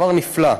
דבר נפלא.